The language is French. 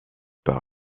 par